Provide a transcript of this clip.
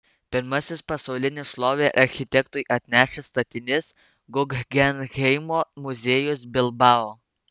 pirmasis pasaulinę šlovę architektui atnešęs statinys guggenheimo muziejus bilbao